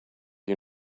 you